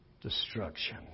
Destruction